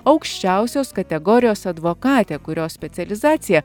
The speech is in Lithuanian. aukščiausios kategorijos advokatė kurios specializacija